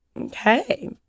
Okay